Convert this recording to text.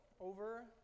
over